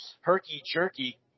herky-jerky